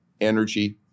energy